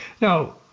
now